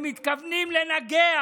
הם מתכוונים לנגח,